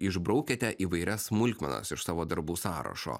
išbraukiate įvairias smulkmenas iš savo darbų sąrašo